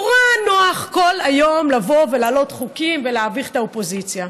נורא נוח כל היום לבוא ולהעלות חוקים ולהביך את האופוזיציה.